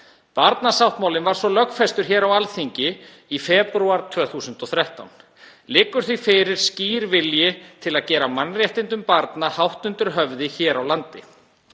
Barnasáttmálinn var svo lögfestur á Alþingi í febrúar 2013. Liggur því fyrir skýr vilji til að gera mannréttindum barna hátt undir höfði hér á landi.